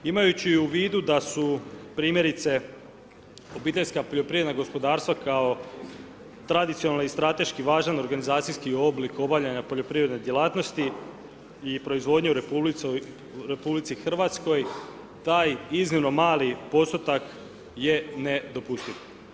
Imajući u vidu da su primjerice obiteljska poljoprivredna gospodarstva kao tradicionalna i strateški važan organizacijski oblik obavljanja poljoprivredne djelatnosti i proizvodnje u RH, taj iznimno mali postotak je nedopustiv.